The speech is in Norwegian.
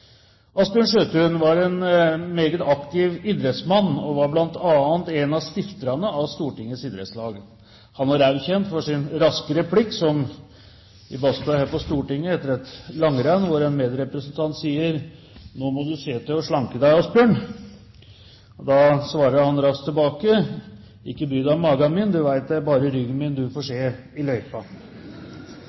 var en meget aktiv idrettsmann og var bl.a. en av stifterne av Stortinget Idrettslag. Han var også kjent for sin raske replikk, som i badstua her på Stortinget, etter et langrenn, hvor en medrepresentant sier: «Nå må du se til å slanke deg, Asbjørn!» Da svarer han raskt tilbake: «Bry deg ikke om magen min. Du veit det er bare ryggen min du får se i løypa!»